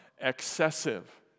excessive